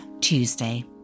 Tuesday